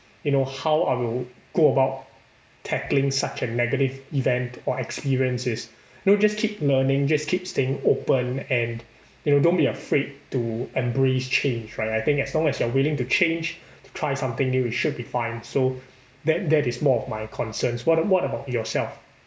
you know how I will go about tackling such a negative event or experience is you know just keep learning just keep staying open and you know don't be afraid to embrace change right I think as long as you are willing to change to try something new it should be fine so that that is more of my concerns what what about yourself